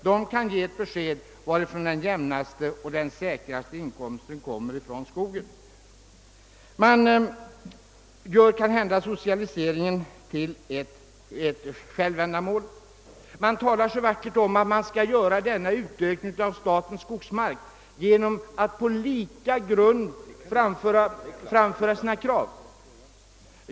De kan ge besked varifrån den jämnaste och säkraste inkomsten från skogen kommer. Socialiseringen görs kanhända till ett självändamål. Det talas så vackert om att man skall öka statens skogsareal genom att låta staten arbeta på samma villkor som andra.